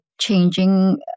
changing